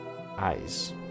Eyes